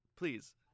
please